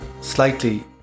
slightly